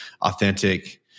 authentic